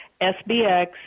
SBX